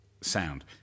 sound